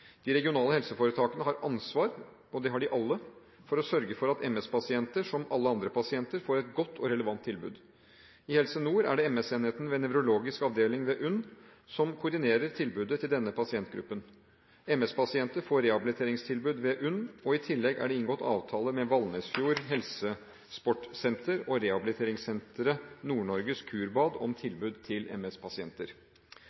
De regionale helseforetakene har ansvar – og det har de alle – for å sørge for at MS-pasienter, som alle andre pasienter, får et godt og relevant tilbud. I Helse Nord er det MS-enheten ved nevrologisk avdeling ved UNN som koordinerer tilbudet til denne pasientgruppen. MS-pasienter får rehabiliteringstilbud ved UNN, og i tillegg er det inngått avtaler med Valnesfjord Helsesportssenter og Rehabiliteringssenteret Nord-Norges Kurbad om